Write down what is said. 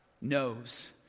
knows